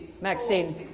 Maxine